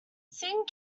singing